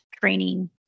training